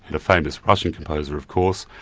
the famous russian composer of course,